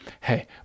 Hey